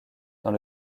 dans